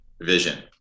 vision